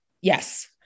yes